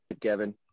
Kevin